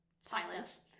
silence